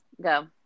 Go